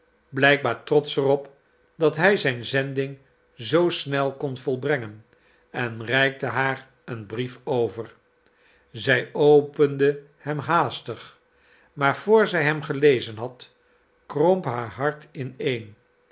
blijkbaar trotsch er op dat hij zijn zending zoo snel kon volbrengen en reikte haar een brief over zij opende hem haastig maar vr zij hem gelezen had kromp haar hart in